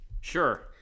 Sure